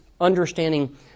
understanding